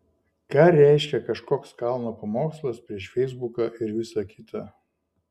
ką reiškia kažkoks kalno pamokslas prieš feisbuką ir visa kita